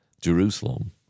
Jerusalem